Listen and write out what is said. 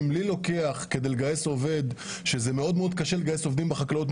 אם לי לוקח לגייס עובד שזה מאוד מאוד קשה לגייס עובדים בחקלאות,